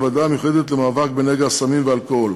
הוועדה המיוחדת למאבק בנגע הסמים והאלכוהול,